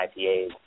IPAs